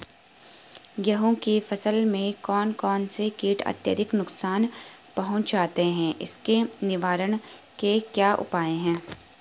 गेहूँ की फसल में कौन कौन से कीट अत्यधिक नुकसान पहुंचाते हैं उसके निवारण के क्या उपाय हैं?